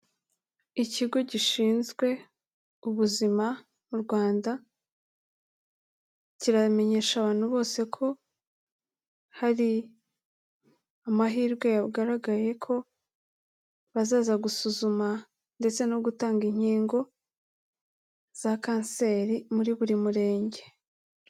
Ikigo gishinzwe ubuzima mu Rwanda, kiramenyesha abantu bose ko hari amahirwe yagaragaye ko bazaza gusuzuma ndetse no gutanga inkingo za Kanseri muri buri Murenge.